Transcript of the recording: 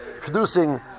producing